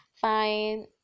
Fine